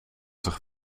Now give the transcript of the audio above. zich